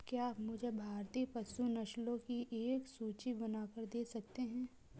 क्या आप मुझे भारतीय पशु नस्लों की एक सूची बनाकर दे सकते हैं?